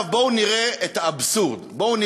בואו נראה את האבסורד,